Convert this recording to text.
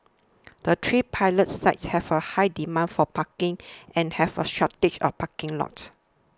the three pilot sites have a high demand for parking and have a shortage of parking lots